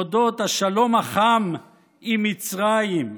על אודות השלום החם עם מצרים,